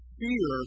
fear